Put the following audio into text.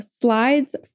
slides